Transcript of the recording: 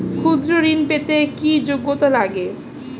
ক্ষুদ্র ঋণ পেতে কি যোগ্যতা লাগে?